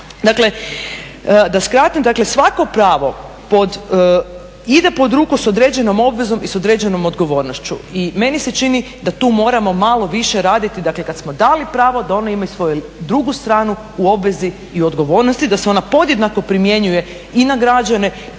Dakle, da skratim, dakle svako pravo ide pod ruku sa određenom obvezom i s određenom odgovornošću i meni se čini da tu moramo malo više raditi, dakle kad smo dali pravo da ono ima i svoju drugu stranu u obvezi odgovornosti, da se ona podjednako primjenjuje i na građane